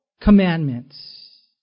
commandments